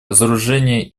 разоружения